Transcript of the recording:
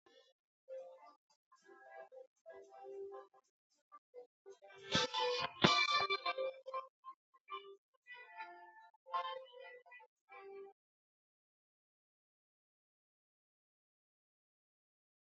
Wimbo wachezwa nyuma.